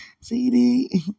cd